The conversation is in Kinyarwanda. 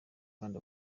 kandi